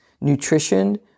nutrition